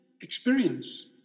experience